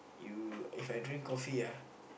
you If I drink coffee ah